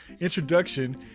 introduction